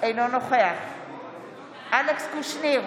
אינו נוכח אלכס קושניר,